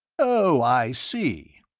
oh, i see.